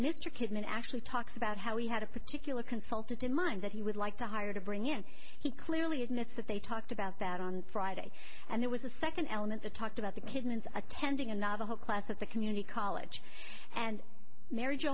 mr kidman actually talks about how he had a particular consultant in mind that he would like to hire to bring in he clearly admits that they talked about that on friday and there was a second element the talked about the kidman attending a navajo class at the community college and mar